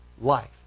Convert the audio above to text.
life